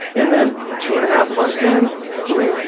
and then two and a half months in three,